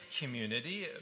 community